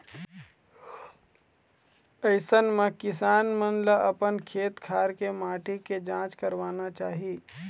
अइसन म किसान मन ल अपन खेत खार के माटी के जांच करवाना चाही